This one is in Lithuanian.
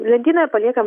lentynoje paliekam